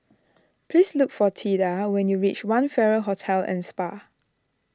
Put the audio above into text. please look for theda when you reach one Farrer Hotel and Spa